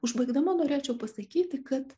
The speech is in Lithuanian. užbaigdama norėčiau pasakyti kad